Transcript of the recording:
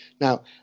Now